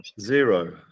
Zero